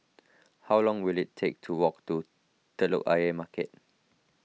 how long will it take to walk to Telok Ayer Market